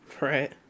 Right